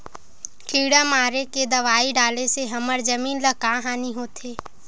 किड़ा मारे के दवाई डाले से हमर जमीन ल का हानि होथे?